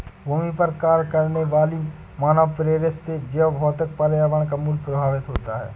भूमि पर कार्य करने वाली मानवप्रेरित से जैवभौतिक पर्यावरण का मूल्य प्रभावित होता है